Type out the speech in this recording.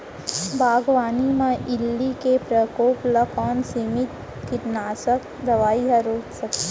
बागवानी म इल्ली के प्रकोप ल कोन सीमित कीटनाशक दवई ह रोक सकथे?